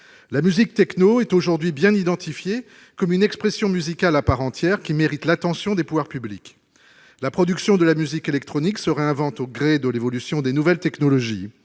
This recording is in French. La musique techno est aujourd'hui bien identifiée comme une expression musicale à part entière qui mérite l'attention des pouvoirs publics. La production de la musique électronique se réinvente au gré de l'évolution des nouvelles technologies.